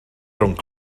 rhwng